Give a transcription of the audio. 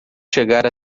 chegar